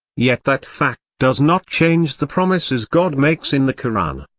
yet that fact does not change the promises god makes in the koran.